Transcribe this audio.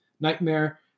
Nightmare